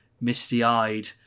misty-eyed